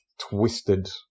twisted